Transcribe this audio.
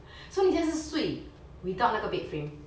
so 你现在是睡 without 那个 bed frame